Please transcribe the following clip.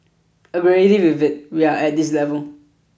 already with it we are at this level